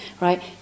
Right